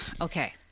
Okay